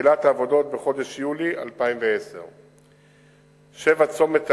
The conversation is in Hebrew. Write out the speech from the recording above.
תחילת העבודות בחודש יולי 2010. 7. צומת טל-אל,